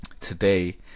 today